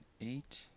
eight